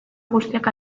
guztiak